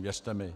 Věřte mi.